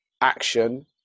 action